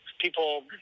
people